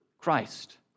Christ